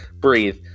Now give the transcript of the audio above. breathe